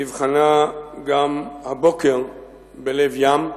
נבחנה גם הבוקר בלב ים.